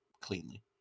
cleanly